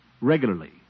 regularly